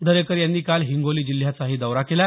दरेकर यांनी काल हिंगोली जिल्ह्याचाही दौरा केला